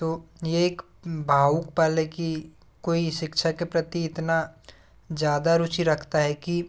तो ये एक बाहुपल की कोई शिक्षा के प्रति इतना ज़्यादा रुचि रखता है कि